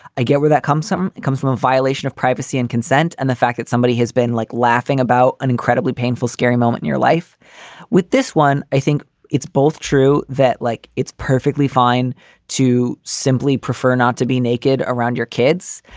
i get where that comes from. it comes from a violation of privacy and consent and the fact that somebody has been like laughing about an incredibly painful, scary moment in your life with this one. i think it's both true that like, it's perfectly fine to simply prefer not to be naked around your kids.